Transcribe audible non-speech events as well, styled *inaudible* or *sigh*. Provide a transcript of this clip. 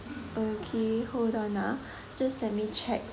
okay hold on ah *breath* just let me check